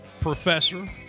professor